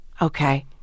Okay